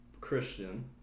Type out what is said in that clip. christian